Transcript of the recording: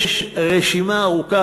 יש רשימה ארוכה,